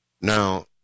Now